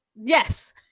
Yes